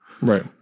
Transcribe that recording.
Right